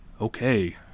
Okay